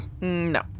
No